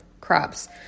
crops